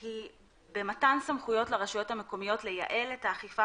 היא במתן סמכויות לרשויות המקומיות לייעל את האכיפה